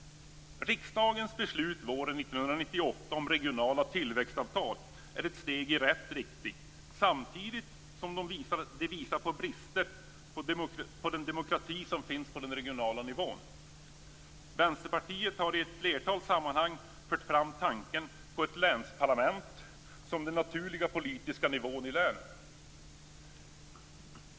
Riksdagens beslut våren 1998 om regionala tillväxtavtal är ett steg i rätt riktning, samtidigt som de visar på brister i den demokrati som finns på regional nivå. Vänsterpartiet har i ett flertal sammanhang fört fram tanken på ett länsparlament som den naturliga politiska nivån i länen.